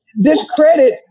discredit